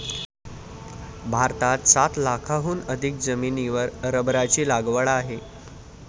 भारतात सात लाखांहून अधिक जमिनीवर रबराची लागवड आहे